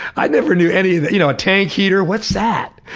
i never knew any of that. you know, a tank heater? what's that?